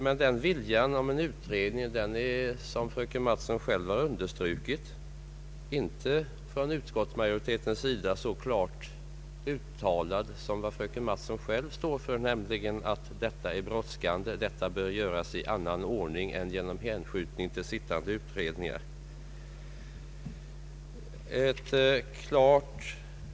Men viljan att få till stånd en utredning är, som fröken Mattson själv har understrukit, inte så klart uttalad som den fröken Mattson själv står för, nämligen att det här är fråga om brådskande åtgärder och att dessa bör vidtas i annan ordning än genom att frågan hänskjutes till pågående utredningar.